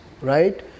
Right